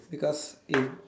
because if